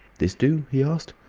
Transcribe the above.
this do? he asked.